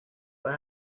why